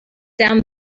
down